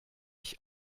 ich